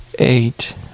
Eight